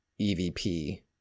EVP